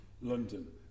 London